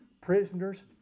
prisoner's